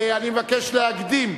אני מבקש להקדים,